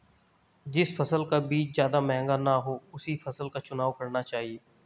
जिस फसल का बीज ज्यादा महंगा ना हो उसी फसल का चुनाव करना चाहिए